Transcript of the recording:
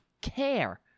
care